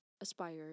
Aspire